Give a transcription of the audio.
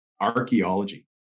Archaeology